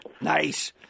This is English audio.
Nice